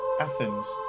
Athens